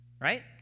right